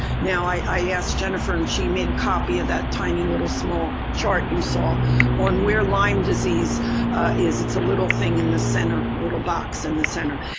now, i i asked jennifer and she made a copy of that tiny little small chart you saw on where lyme disease is. it's a little thing in the center little box in the center.